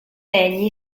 egli